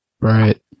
Right